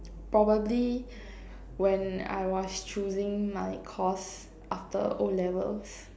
probably when I was choosing my course after O-levels